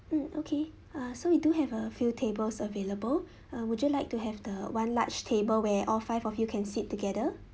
mm okay uh so we do have a few tables available uh would you like to have the one large table where all five of you can sit together